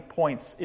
points